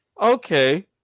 Okay